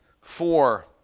Four